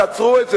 תעצרו את זה,